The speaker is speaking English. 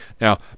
Now